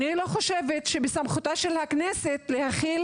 אני לא חושבת שבסמכותה של הכנסת להחיל